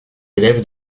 élève